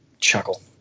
Chuckle